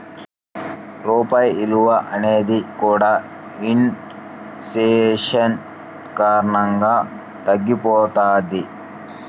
రూపాయి విలువ అనేది కూడా ఇన్ ఫేషన్ కారణంగా తగ్గిపోతది